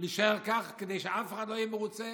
להישאר כך כדי שאף אחד לא יהיה מרוצה?